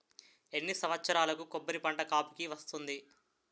ఎన్ని సంవత్సరాలకు కొబ్బరి పంట కాపుకి వస్తుంది?